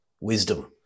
wisdom